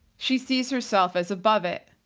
she sees herself as above it.